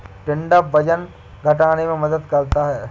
टिंडा वजन घटाने में मदद करता है